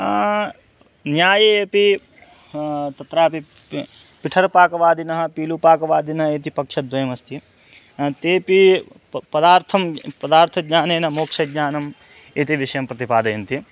न्याये अपि तत्रापि पिठरपाकवादिनः पीलुपाकवादिनः इति पक्षद्वयमस्ति तेपि प पदार्थं पदार्थज्ञानेन मोक्षज्ञानम् इति विषयं प्रतिपादयन्ति